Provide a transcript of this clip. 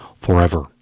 forever